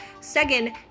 Second